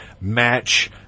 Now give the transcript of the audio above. match